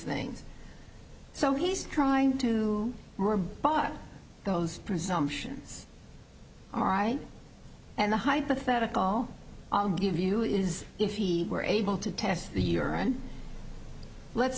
things so he's trying to rebut those presumptions all right and the hypothetical i'll give you is if he were able to test the urine let's